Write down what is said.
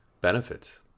benefits